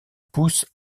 pousse